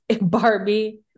Barbie